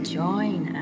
join